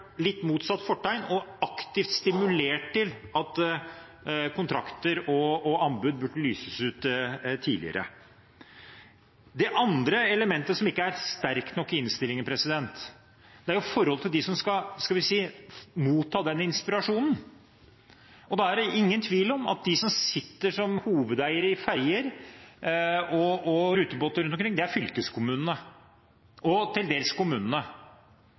litt motsatt fortegn, slik at man aktivt stimulerte til at kontrakter og anbud burde lyses ut tidligere. Det andre elementet som ikke er sterkt nok i innstillingen, gjelder forholdet til dem som skal motta den inspirasjonen. Da er det ingen tvil om at de som sitter som hovedeiere i ferger og rutebåter rundt omkring, er fylkeskommunene og til dels kommunene.